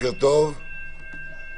קודם כל,